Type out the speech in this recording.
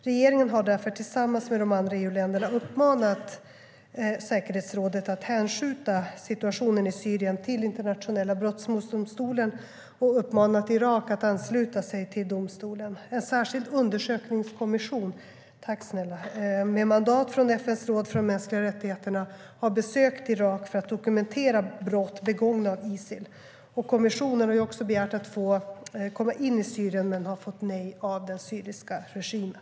Regeringen har därför tillsammans med de andra EU-länderna uppmanat säkerhetsrådet att hänskjuta situationen i Syrien till Internationella brottmålsdomstolen och uppmanat Irak att ansluta sig till domstolen. En särskild undersökningskommission, med mandat från FN:s råd för de mänskliga rättigheterna, har besökt Irak för att dokumentera brott begångna av Isil. Kommissionen har också begärt att få komma in i Syrien men fått nej av den syriska regimen.